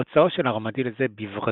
מוצאו של ארמדיל זה בברזיל,